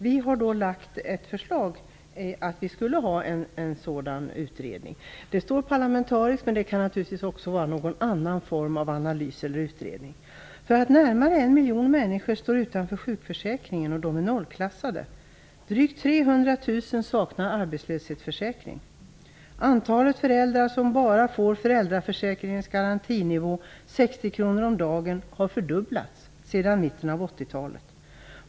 Vi har lagt ett förslag om en sådan utredning; vi har skrivit parlamentarisk utredning, men det kan även vara en annan form av analys eller utredning. Närmare en miljon människor står utanför sjukförsäkringen, de är nollklassade. Drygt 300 000 saknar arbetslöshetsförsäkring. Antalet föräldrar som bara får föräldraförsäkringens garantibelopp, 60 kr om dagen, har fördubblats sedan mitten av 1980-talet.